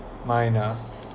mine ah